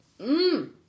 Mmm